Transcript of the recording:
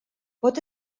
pot